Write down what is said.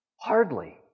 Hardly